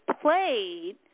played